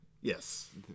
Yes